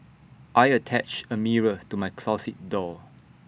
I attached A mirror to my closet door